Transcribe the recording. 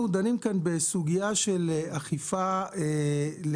מכיוון שאנחנו דנים פה בסוגיה של אכיפה להמון,